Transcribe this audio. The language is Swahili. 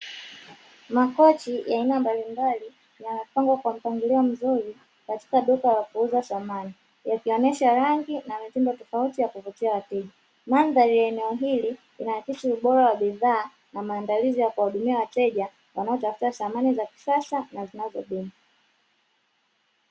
Makochi ya aina mbalimbali, yaliyopangwa kwa mpangilio mzuri katika duka la kuuza samani. Yakionyesha rangi na muundo tofauti ya kuvutia wateja. Mandhari ya eneo hili linaakisi ubora wa bidhaa na maandalizi ya kuwahudumia wateja wanaotafuta samani za kisasa na zinazopendwa.